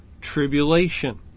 tribulation